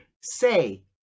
say